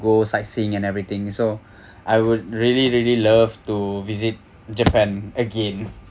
go sightseeing and everything so I would really really love to visit japan again